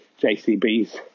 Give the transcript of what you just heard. JCBs